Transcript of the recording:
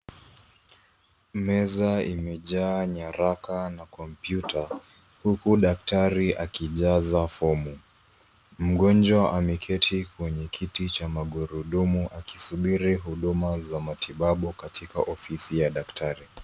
Meza imejaa nyaraka na kompyuta huku daktari akijaza fomu. Mgonjwa ameketi kwenye kiti cha magurudumu akisubiri huduma za matibabu katika ofisi ya daktari.